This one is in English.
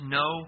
no